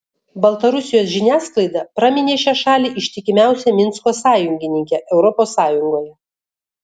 baltarusijos žiniasklaida praminė šią šalį ištikimiausia minsko sąjungininke europos sąjungoje